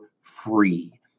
free